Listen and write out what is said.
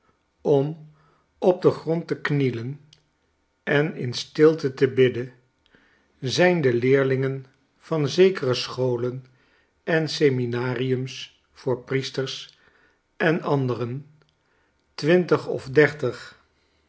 om op den grond te knielen en in stilte te bidden zijn de leerlingen van zekere scholen en seminariums voor priesters en anderen twintig of dertigin